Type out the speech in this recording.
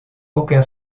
aucun